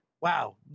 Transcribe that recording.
wow